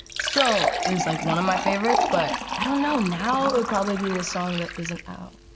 still is like one of my favorites, but, i don't know, now it would probably be this song that isn't out,